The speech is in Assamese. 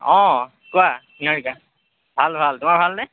অঁ কোৱা নিহাৰীকা ভাল ভাল তোমাৰ ভালনে